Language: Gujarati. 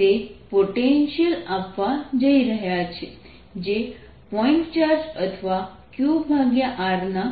તે પોટેન્શિયલ આપવા જઈ રહ્યા છે જે પોઇન્ટ ચાર્જ અથવા Qr ના